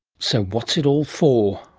so, what's it all for?